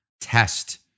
test